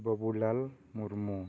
Babulal Murmu